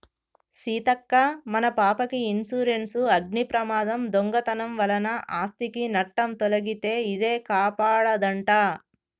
సీతక్క మన పాపకి ఇన్సురెన్సు అగ్ని ప్రమాదం, దొంగతనం వలన ఆస్ధికి నట్టం తొలగితే ఇదే కాపాడదంట